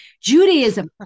Judaism